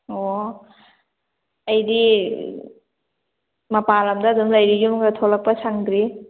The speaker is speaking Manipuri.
ꯑꯣ ꯑꯩꯗꯤ ꯃꯄꯥꯟ ꯂꯝꯗ ꯑꯗꯨꯝ ꯂꯩꯔꯤ ꯌꯨꯝꯒ ꯊꯣꯂꯛꯄ ꯁꯪꯗ꯭ꯔꯤ